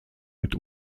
mit